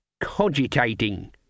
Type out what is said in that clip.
Cogitating